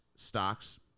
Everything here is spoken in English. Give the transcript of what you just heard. stocks